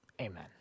Amen